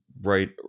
right